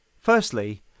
Firstly